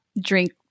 drink